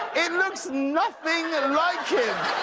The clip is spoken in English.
it looks nothing like him!